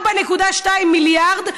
4.2 מיליארד,